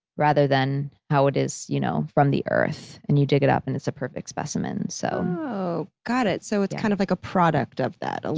rather than how it is you know from the earth and you dig it up and it's a perfect specimen. so got it. so it's kind of like a product of that?